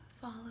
Follow